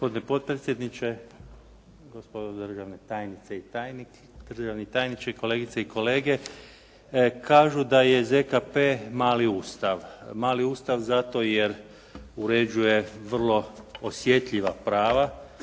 Gospodine potpredsjedniče, gospodine državni tajniče, kolegice i kolege kažu da je ZKP mali Ustav. Mali Ustav zato jer uređuje vrlo osjetljiva prava